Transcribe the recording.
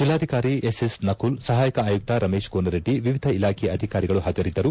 ಜಿಲ್ಲಾಧಿಕಾರಿ S S Nakul ಸಹಾಯಕ ಆಯುಕ್ತ ರಮೇಶ ಕೋನರೆಡ್ಡಿ ವಿವಿಧ ಇಲಾಖೆಯ ಅಧಿಕಾರಿಗಳು ಹಾಜರಿದ್ದರು